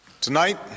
Tonight